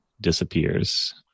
disappears